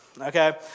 Okay